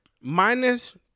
minus